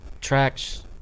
tracks